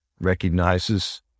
recognizes